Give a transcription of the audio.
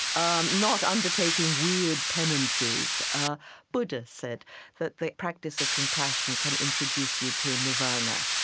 um not undertaking weird penances buddha said that the practice of compassion can introduce you to nirvana.